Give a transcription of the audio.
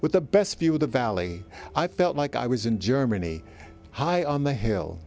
with the best view of the valley i felt like i was in germany high on the hill